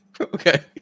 Okay